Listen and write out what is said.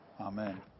Amen